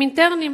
הם אינטרניים,